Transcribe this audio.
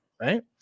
Right